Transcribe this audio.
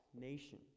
nation